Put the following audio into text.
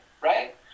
right